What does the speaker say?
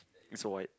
it's a white